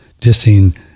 dissing